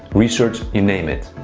research, you name it.